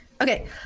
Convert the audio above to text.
Okay